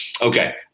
Okay